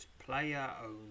Player-owned